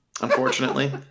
unfortunately